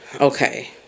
okay